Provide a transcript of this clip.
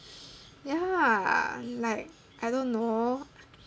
ya like I don't know